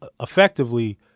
effectively